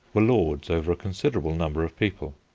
were lords over a considerable number of people.